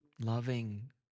loving